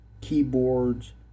keyboards